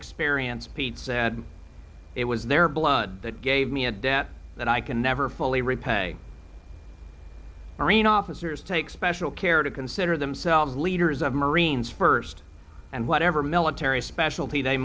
experience pete said it was their blood that gave me a debt that i can never fully repay marine officers take special care to consider themselves leaders of marines first and whatever military specialty they